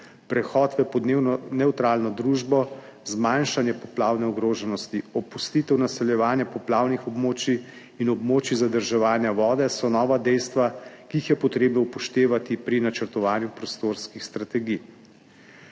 prehod v podnebno nevtralno družbo, zmanjšanje poplavne ogroženosti, opustitev naseljevanja poplavnih območij in območij zadrževanja vode, so nova dejstva, ki jih je potrebno upoštevati pri načrtovanju prostorskih strategij.